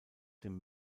dem